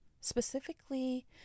specifically